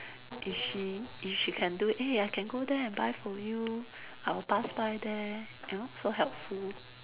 if she if she can do eh I can go there and buy for you I'll pass by there you know so helpful